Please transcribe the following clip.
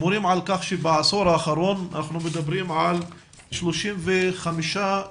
מורים על כך שבעשור האחרון אנחנו מדברים על 35 ילדים